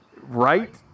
Right